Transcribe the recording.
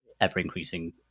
ever-increasing